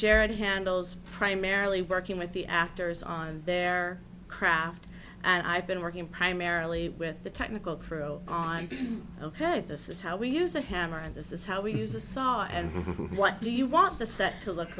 charity handles primarily working with the actors on their craft and i've been working primarily with the technical crew on be ok this is how we use a hammer and this is how we use a saw and what do you want the set to look